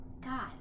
God